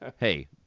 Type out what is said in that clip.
Hey